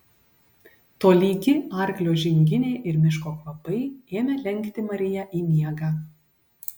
tolygi arklio žinginė ir miško kvapai ėmė lenkti mariją į miegą